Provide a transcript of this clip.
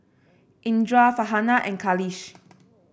Indra Farhanah and Khalish